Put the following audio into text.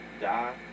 die